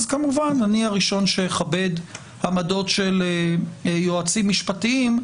כמובן אני הראשון שאכבד עמדות של יועצים משפטיים,